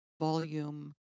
volume